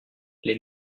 les